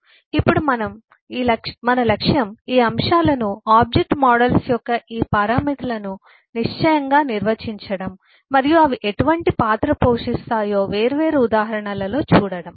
ఇప్పుడు మన లక్ష్యం ఈ అంశాలను ఆబ్జెక్ట్ మోడల్స్ యొక్క ఈ పారామితులను నిశ్చయంగా నిర్వచించడం మరియు అవి ఎటువంటి పాత్ర పోషిస్తాయో వేర్వేరు ఉదాహరణలలో చూడడం